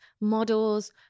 models